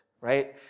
right